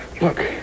Look